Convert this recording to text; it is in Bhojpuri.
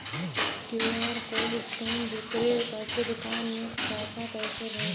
क्यू.आर कोड स्कैन करके दुकान में पैसा कइसे भेजी?